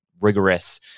rigorous